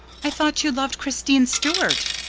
i thought you loved christine stuart,